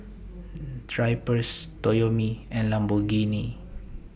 Drypers Toyomi and Lamborghini